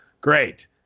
Great